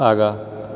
आगाँ